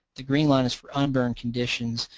the green line is for un-burned conditions,